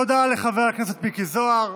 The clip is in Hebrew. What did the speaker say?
תודה לחבר הכנסת מיקי זוהר.